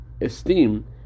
esteem